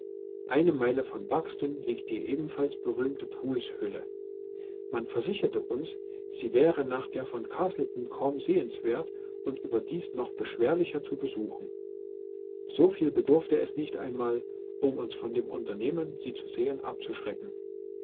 eine meile von buxton liegt die ebenfalls berühmte pools höhle man versicherte uns sie wäre nach der von castleton kaum sehenswert und überdies noch beschwerlicher zu besuchen so viel bedurfte es nicht einmal um uns von dem unternehmen sie zu sehen abzuschrecken